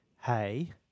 Hey